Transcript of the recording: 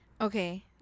Okay